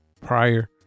prior